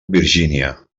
virgínia